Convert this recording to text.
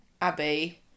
Abby